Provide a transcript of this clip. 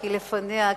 כי לפניה,